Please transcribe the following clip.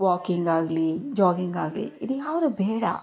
walking ಆಗಲಿ jogging ಆಗಲಿ ಇದು ಯಾವುದು ಬೇಡ